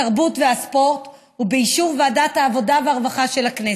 התרבות והספורט ובאישור ועדת העבודה והרווחה של הכנסת.